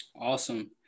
Awesome